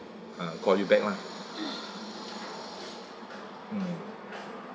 uh call you back lah mm